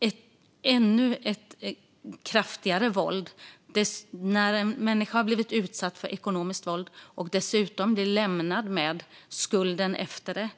ett ännu kraftigare våld att en människa som har blivit utsatt för ekonomiskt våld dessutom blir lämnad med skulder efteråt.